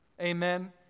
Amen